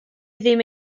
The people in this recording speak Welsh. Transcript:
ddim